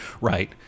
Right